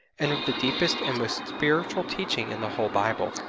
and of the deepest and most spiritual teaching in the whole bible.